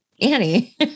Annie